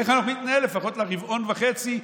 כי איך אנחנו נתנהל לפחות לרבעון וחצי,